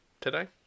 today